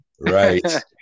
Right